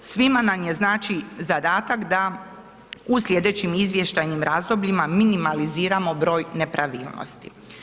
Svima nam je, znači, zadatak da u slijedećim izvještajnim razdobljima minimaliziramo broj nepravilnosti.